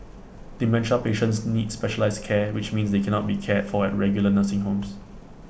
dementia patients need specialised care which means they cannot be cared for at regular nursing homes